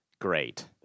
Great